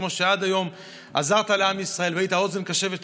כמו שעד היום עזרת לעם ישראל והיית אוזן קשבת לכולם,